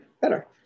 Better